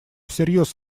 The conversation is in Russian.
всерьез